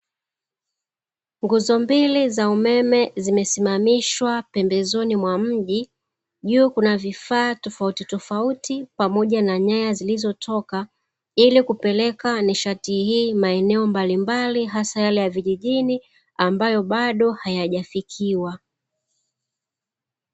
Nguzo mbili za umeme zimesimamishwa pembezoni mwa mji, juu kuna vifaa tofauti tofauti pamoja na nyaya zilizotoka, ili kupeleka nishati hii maeneo mbalimbali hasa yale ya vijijini ambayo bado hayajafikiwa.